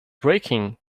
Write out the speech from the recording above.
braking